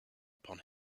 upon